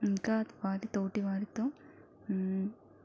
ఇంకా వారి తోటి వారితో